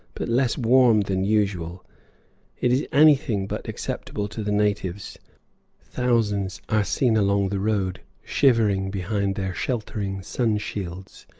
but less warm than usual it is anything but acceptable to the natives thousands are seen along the road, shivering behind their sheltering sun-shields,